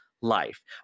life